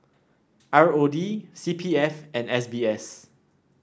R O D C P F and S B S